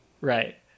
Right